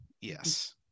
yes